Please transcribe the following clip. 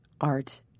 art